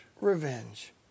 Revenge